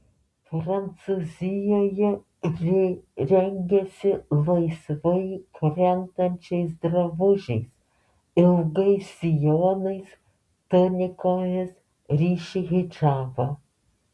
prancūzijoje ji rengiasi laisvai krentančiais drabužiais ilgais sijonais tunikomis ryši hidžabą